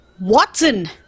Watson